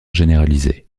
généralisé